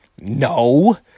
no